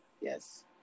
Yes